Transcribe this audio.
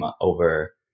over